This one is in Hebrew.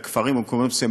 בכפרים ובמקומות מסוימים,